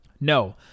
No